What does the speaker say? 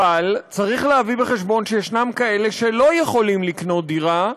אבל צריך להביא בחשבון שישנם כאלה שלא יכולים לקנות דירה,